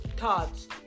thoughts